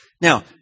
Now